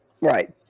right